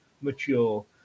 mature